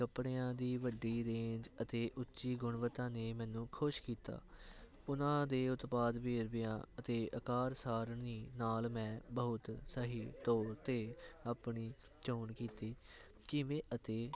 ਕੱਪੜਿਆਂ ਦੀ ਵੱਡੀ ਰੇਂਜ ਅਤੇ ਉੱਚੀ ਗੁਣਵੱਤਾ ਨੇ ਮੈਨੂੰ ਖੁਸ਼ ਕੀਤਾ ਉਹਨਾਂ ਦੇ ਉਦਪਾਦ ਵੇਰਵਿਆਂ ਅਤੇ ਆਕਾਰ ਸਾਰਨੀ ਨਾਲ ਮੈਂ ਬਹੁਤ ਸਹੀ ਤੌਰ 'ਤੇ ਆਪਣੀ ਚੋਣ ਕੀਤੀ ਕਿਵੇਂ ਅਤੇ